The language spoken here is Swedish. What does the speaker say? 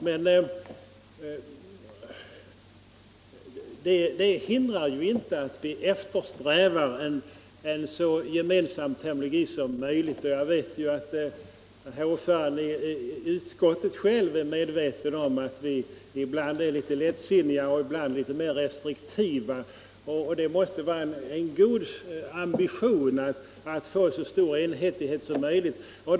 Men det hindrar ju inte att vi eftersträvar en så gemensam terminologi som möjligt i utskotten, och jag vet att herr ordföranden i utskottet själv är medveten om att vi ibland är litet lättsinniga och ibland litet mer restriktiva. Det måste vara en god ambition att få så stor enhetlighet som möjligt.